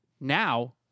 Now